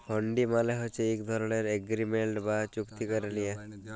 হুল্ডি মালে হছে ইক ধরলের এগ্রিমেল্ট বা চুক্তি ক্যারে লিয়া